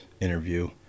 interview